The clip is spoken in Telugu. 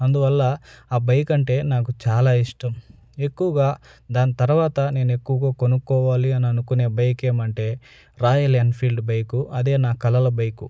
అందువల్ల ఆ బైక్ అంటే నాకు చాలా ఇష్టం ఎక్కువగా దాని తరువాత నేను ఎక్కువగా కొనుక్కోవాలి అని అనుకునే బైక్ ఏమంటే రాయల్ ఎన్ఫీల్డ్ బైకు అదే నా కలల బైకు